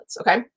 Okay